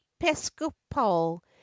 Episcopal